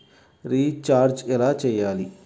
Recharge ఎలా చెయ్యాలి?